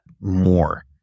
more